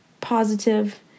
positive